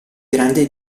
grande